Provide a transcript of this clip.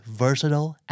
versatile